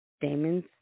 Damon's